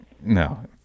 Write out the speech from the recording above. No